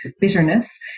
bitterness